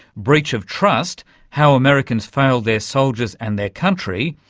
breach of trust how americans failed their soldiers and their country,